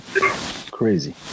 Crazy